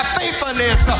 faithfulness